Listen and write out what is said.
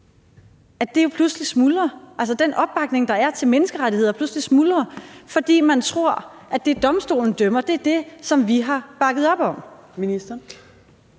pludselig smuldrer. Altså, den opbakning, der er til menneskerettighederne, smuldrer pludselig, fordi man tror, at det, domstolen dømmer, er det, som vi har bakket op om. Kl.